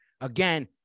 again